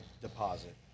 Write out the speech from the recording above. deposit